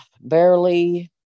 barely-